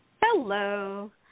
Hello